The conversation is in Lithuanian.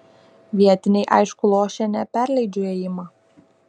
vietiniai aišku lošia ne perleidžiu ėjimą